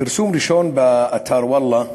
פרסום ראשון באתר "וואלה"